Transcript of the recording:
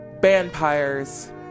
vampires